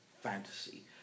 fantasy